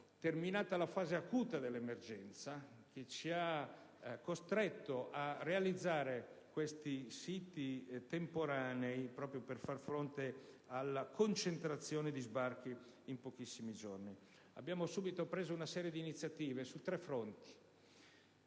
terminata la fase acuta dell'emergenza che ci ha costretto a realizzare questi siti temporanei per far fronte ad una concentrazione di sbarchi in pochissimi giorni. Abbiamo assunto subito una serie di iniziative su tre fronti: